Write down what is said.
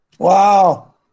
Wow